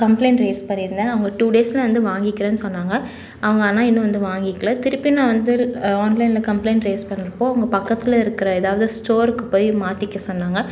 complaint raise பண்ணி இருந்தேன் அவங்க டூ டேஸில் வந்து வாங்கிக்கிறன்னு சொன்னாங்க அவங்க ஆனால் இன்னும் வந்து வாங்கிக்கில திருப்பி நான் வந்து ஆன்லைனில் கம்பளைண்ட் ரைஸ் பண்ணப்போ அங்கே பக்கத்தில் இருக்கிற எதாவது ஸ்டோருக்கு போய் மாற்றிக்க சொன்னாங்க